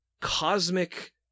cosmic